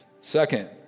Second